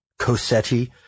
Cosetti